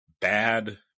bad